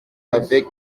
avec